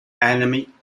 anime